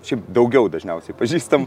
šiaip daugiau dažniausiai pažįstamų